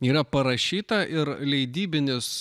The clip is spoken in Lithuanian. yra parašyta ir leidybinis